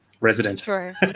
resident